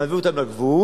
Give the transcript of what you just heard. מעביר אותם לגבול,